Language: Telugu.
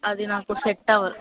అది నాకు సెట్ అవ్వదు